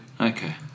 okay